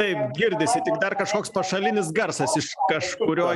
taip girdisi tik dar kažkoks pašalinis garsas iš kažkurio